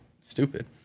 stupid